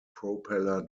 propeller